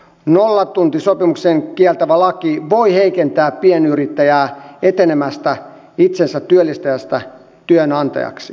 nollatuntisopimuksen kieltävä laki voi heikentää pienyrittäjää etenemästä itsensätyöllistäjästä työnantajaksi